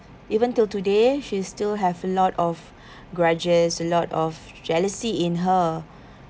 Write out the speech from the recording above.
even till today she's still have a lot of grudges a lot of jealousy in her